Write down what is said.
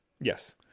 yes